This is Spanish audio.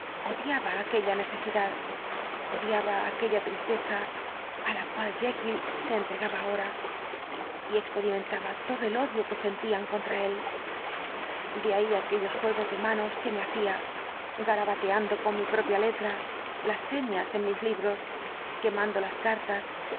odiaba aquella necesidad odiaba aquella tristeza á la cual jekyll se entregaba ahora y experimentaba todo el odio que sentían contra él de ahí aquellos juegos de manos que me hacía garabateando con mi propia letra blasfemias en mis libros quemando las cartas